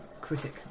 critic